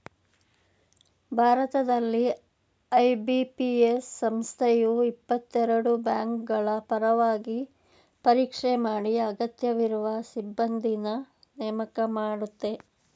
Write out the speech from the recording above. ಭಾರತದಲ್ಲಿ ಐ.ಬಿ.ಪಿ.ಎಸ್ ಸಂಸ್ಥೆಯು ಇಪ್ಪತ್ತಎರಡು ಬ್ಯಾಂಕ್ಗಳಪರವಾಗಿ ಪರೀಕ್ಷೆ ಮಾಡಿ ಅಗತ್ಯವಿರುವ ಸಿಬ್ಬಂದಿನ್ನ ನೇಮಕ ಮಾಡುತ್ತೆ